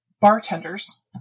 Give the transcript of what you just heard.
Bartenders